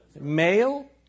male